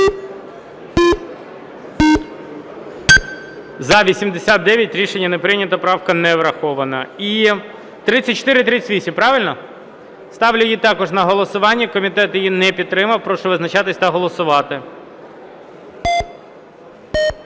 За-89 Рішення не прийнято. Правка не врахована. І 3438, правильно? Ставлю її на голосування 604 правку. Комітет її не підтримав. Прошу визначатися та голосувати.